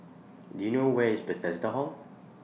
Do YOU know Where IS Bethesda Hall